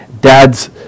dad's